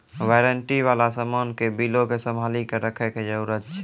warranty बाला समान के बिलो के संभाली के रखै के जरूरत छै